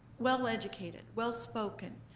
well educated, well spoken,